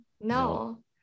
no